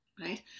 right